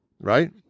Right